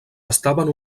estaven